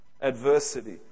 Adversity